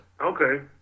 Okay